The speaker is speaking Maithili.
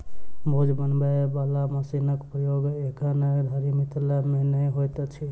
बोझ बनबय बला मशीनक प्रयोग एखन धरि मिथिला मे नै होइत अछि